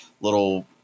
little